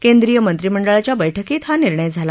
केंद्रीय मंत्रिमंडळाच्या बैठकीत हा निर्णय झाला